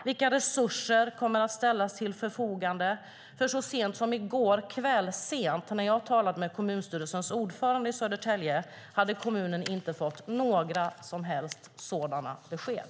Vilka resurser kommer att ställas till förfogande? När jag talade med kommunstyrelsens ordförande i Södertälje sent i går kväll hade kommunen inte fått några som helst sådana besked.